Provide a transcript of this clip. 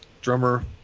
Drummer